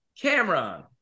Cameron